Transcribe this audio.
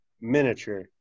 Miniature